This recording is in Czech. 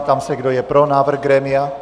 Ptám se, kdo je pro návrh grémia.